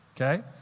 Okay